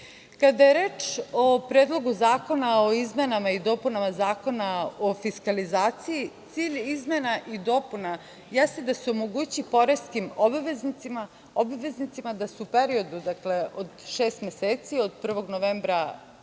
je reč o Predlogu zakona o izmenama i dopunama Zakona o fiskalizaciji cilj izmena i dopuna jeste da se omogući poreskim obveznicima da se u periodu od šest meseci od 1. novembra